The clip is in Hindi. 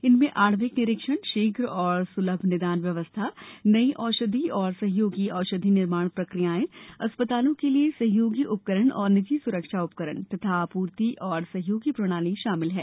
इनमें आणविक निरीक्षण शीघ्र और सुलभ निदान व्यवस्था नई औषधि और सहयोगी औषधि निर्माण प्रक्रियाएं अस्पतालों के लिए सहयोगी उपकरण और निजी सुरक्षा उपकरण तथा आपूर्ति और सहयोगी प्रणाली शामिल हैं